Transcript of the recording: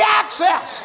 access